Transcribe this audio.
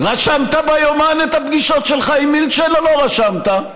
רשמת ביומן את הפגישות שלך עם מילצ'ן או לא רשמת?